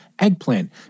eggplant